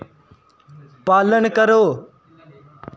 पालन करो